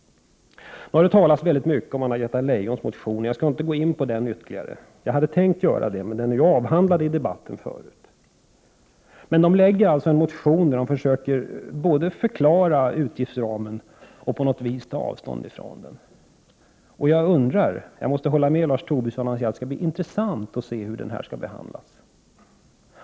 Det har talats mycket om Anna-Greta Leijons motion, och jag skall inte gå in på den. Jag hade tänkt göra det, men den har nu avhandlats tidigare i debatten. I motionen försöker man både förklara utgiftsramen och på något vis ta avstånd från den. Jag håller med Lars Tobisson om att det skall bli intressant att se hur den kommer att behandlas.